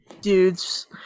dudes